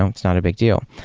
it's not a big deal.